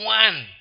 one